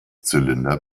zylinder